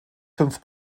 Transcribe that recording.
fünf